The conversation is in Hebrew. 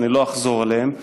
שאני לא אחזור עליהם,